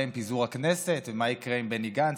עם פיזור הכנסת ומה יקרה עם בני גנץ.